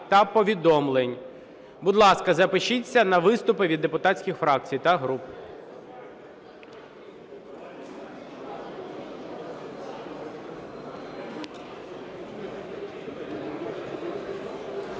Будь ласка, запишіться на виступи від депутатських фракцій та груп.